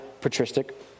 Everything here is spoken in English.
patristic